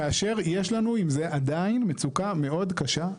כאשר יש לנו עם זה עדיין מצוקה מאוד קשה.